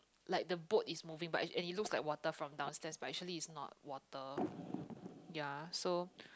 like the boat is moving but and it looks like water from downstairs but actually is not water ya so